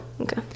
okay